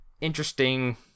interesting